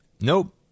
Nope